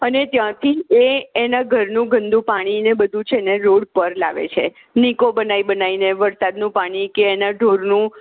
અને ત્યાંથી એ એના ઘરનું ગંદુ પાણીને બધુ છે ને રોડ પર લાવે છે નિકો બનાય બનાયને વરસાદનું પાણી કે એને ઢોરનું